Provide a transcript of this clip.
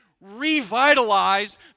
revitalize